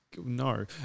No